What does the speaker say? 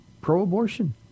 pro-abortion